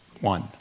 One